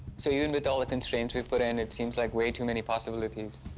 so even with all the constraints we put in, it seems like way too many possibilities.